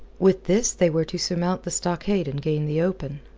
with this they were to surmount the stockade and gain the open.